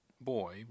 boy